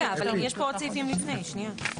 רגע אבל יש פה עוד סעיפים לפני, שנייה.